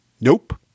nope